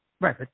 Right